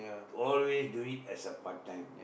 always do it as a part-time